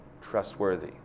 trustworthy